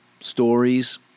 stories